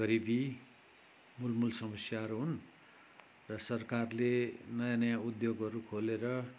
गरिबी मूल मूल समस्याहरू हुन् र सरकारले नयाँ नयाँ उद्योगहरू खोलेर